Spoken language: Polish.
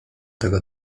tego